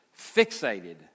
fixated